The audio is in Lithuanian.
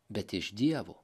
bet iš dievo